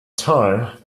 time